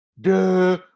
Duh